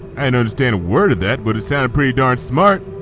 i didn't understand a word of that, but it sounded pretty darn smart.